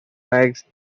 next